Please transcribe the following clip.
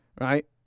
right